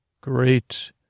Great